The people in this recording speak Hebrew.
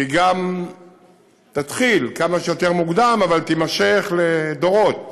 שגם תתחיל כמה שיותר מוקדם, אבל תימשך לדורות.